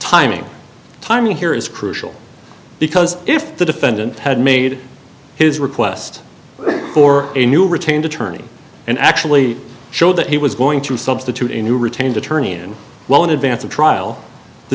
timing timing here is crucial because if the defendant had made his request for a new retained attorney and actually showed that he was going to substitute a new retained attorney and well in advance of trial the